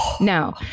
Now